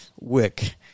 wick